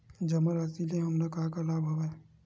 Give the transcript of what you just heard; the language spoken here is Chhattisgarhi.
जमा राशि ले हमला का का लाभ हवय?